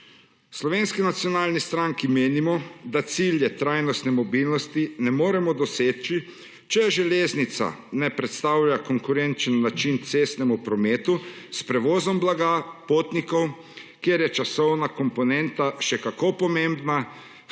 Slovenski nacionalni stranki menimo, da cilje trajnostne mobilnosti ne moremo doseči, če železnica ne predstavlja konkurenčen način cestnemu prometu s prevozom blaga, potnikov, kjer je časovna komponenta še kako pomembna,